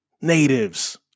Natives